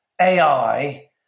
AI